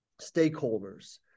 stakeholders